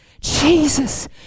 Jesus